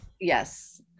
Yes